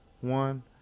one